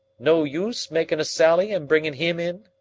no use makin' a sally and bringin' him in?